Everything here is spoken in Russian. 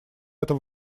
этом